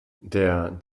der